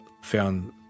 found